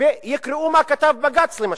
ויקראו מה כתב בג"ץ, למשל: